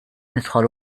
nidħol